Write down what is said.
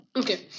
okay